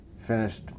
Finished